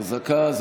אזעקה.